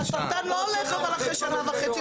הסרטן לא הולך אחרי שנה וחצי,